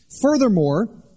Furthermore